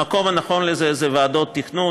המקום הנכון לזה זה ועדות תכנון,